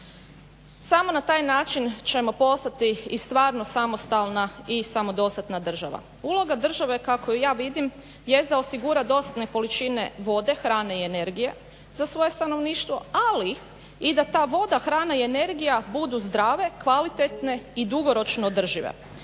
Samo na taj način ćemo postati i stvarno samostalna i samodostatna država. Uloga države kako ju ja vidim jest da osigura dostatne količine vode, hrane i energije za svoje stanovništvo, ali i da ta voda, hrana i energija budu zdrave, kvalitetne i dugoročno održive.